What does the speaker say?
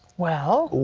well.